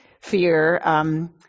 fear